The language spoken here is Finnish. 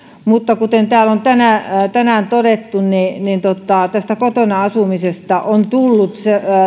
mutta kuten täällä on tänään tänään todettu tästä kotona asumisesta on tullut